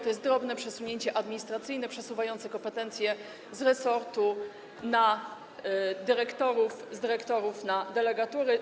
To jest drobne przesunięcie administracyjne przesuwające kompetencje z resortu na dyrektorów, z dyrektorów na delegatury.